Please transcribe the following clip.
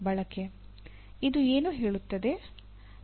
ಇದು ಏನು ಹೇಳುತ್ತದೆ